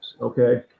Okay